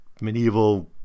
medieval